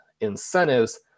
incentives